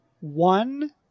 one